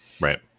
Right